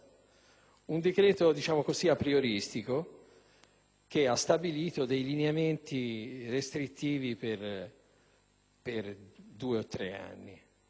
un decreto aprioristico che ha stabilito dei lineamenti restrittivi per due o tre anni.